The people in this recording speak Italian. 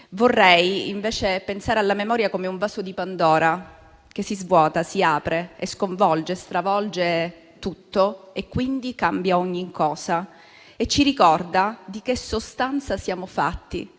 Vorrei, invece, pensare alla memoria come ad un vaso di Pandora, che si svuota, si apre, sconvolge e stravolge tutto e quindi, cambia ogni cosa e ci ricorda di che sostanza siamo fatti